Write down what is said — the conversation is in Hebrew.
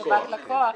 לקוח.